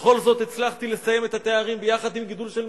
בכל זאת הצלחתי לסיים את התארים ביחד עם גידול של משפחה.